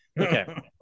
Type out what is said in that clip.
Okay